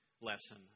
lesson